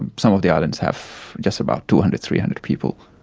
and some of the islands have just about two hundred, three hundred people.